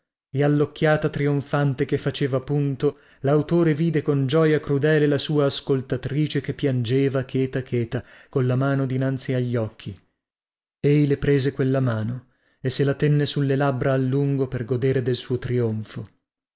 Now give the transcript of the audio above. e allocchiata trionfante che faceva punto lautore vide con gioia crudele la sua ascoltatrice che piangeva cheta cheta colla mano dinanzi agli occhi ei le prese quella mano e se la tenne sulle labbra a lungo per godere del suo trionfo